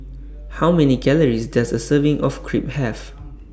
How Many Calories Does A Serving of Crepe Have